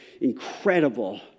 incredible